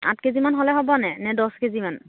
আঠ কেজিমান হ'লে হ'ব নে নে দহ কেজিমান